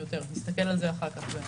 נסתכל על זה אחר כך.